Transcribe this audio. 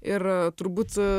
ir turbūt